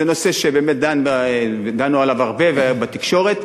זה נושא שבאמת דנו עליו הרבה והיה בתקשורת.